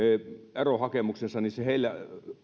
erohakemuksensa niin heillä